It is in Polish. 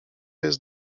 jest